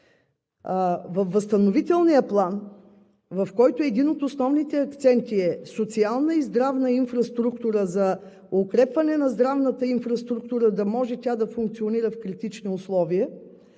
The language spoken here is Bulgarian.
във Възстановителния план, в който един от основните акценти е социална и здравна инфраструктура за укрепване на здравната инфраструктура – да може тя да функционира в критични условия,